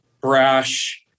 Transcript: brash